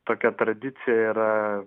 tokia tradicija yra